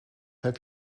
heb